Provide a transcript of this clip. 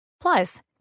Plus